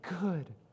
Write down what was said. good